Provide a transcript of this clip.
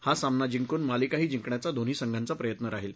हा सामना जिंकून मालिकाही जिंकण्याचा दोन्ही संघांचा प्रयत्न राहील